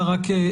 בוועדה,